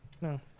no